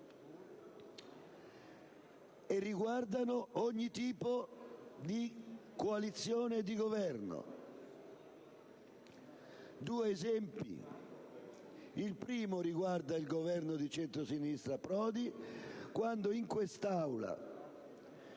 che riguardano ogni tipo di coalizione di Governo. Citerò due esempi: il primo riguarda il Governo di centrosinistra Prodi, quando in quest'Aula